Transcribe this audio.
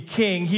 king